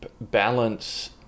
balance